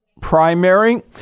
primary